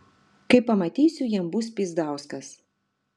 kai pamatysiu jam bus pyzdauskas